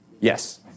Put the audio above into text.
Yes